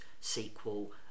sequel